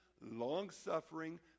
long-suffering